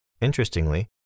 Interestingly